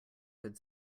good